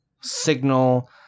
signal